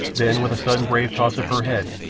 then, with a sudden brave toss of her head,